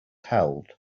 held